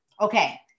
Okay